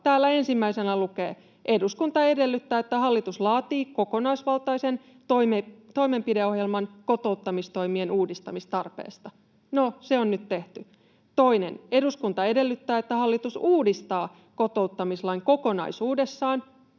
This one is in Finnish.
Täällä ensimmäisenä lukee: ”Eduskunta edellyttää, että hallitus laatii kokonaisvaltaisen toimenpideohjelman kotouttamistoimien uudistamistarpeesta.” No, se on nyt tehty. Toinen: ”Eduskunta edellyttää, että hallitus uudistaa kotouttamislain kokonaisuudessaan.”